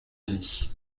unis